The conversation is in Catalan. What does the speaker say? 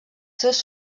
seus